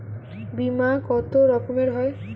বিমা কত রকমের হয়?